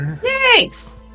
Thanks